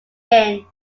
finn